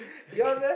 okay